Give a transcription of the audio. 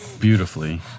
beautifully